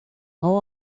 how